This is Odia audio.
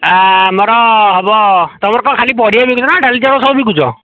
ଆ ଆମର ହେବ ତୁମର କ'ଣ ଖାଲି ପରିବା ବିକୁଛ ନା ଡାଲି ଚାଉଳ ସବୁ ବିକୁଛ